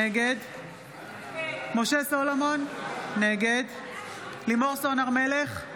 נגד משה סולומון, נגד לימור סון הר מלך,